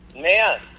man